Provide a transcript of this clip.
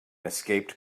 escaped